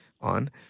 on